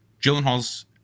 Gyllenhaal's